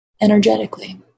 Energetically